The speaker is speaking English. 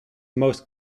most